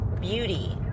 beauty